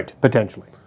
potentially